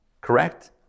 correct